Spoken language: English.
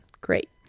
Great